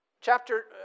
Chapter